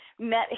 met